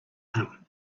him